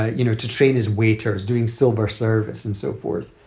ah you know, to train as waiters, doing silver service and so forth.